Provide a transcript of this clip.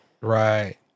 Right